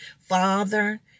Father